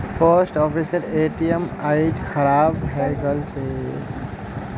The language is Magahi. पोस्ट ऑफिसेर ए.टी.एम आइज खराब हइ गेल छ